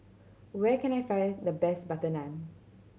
where can I find the best butter naan